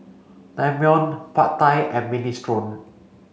Naengmyeon Pad Thai and Minestrone